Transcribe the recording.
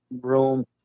room